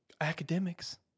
Academics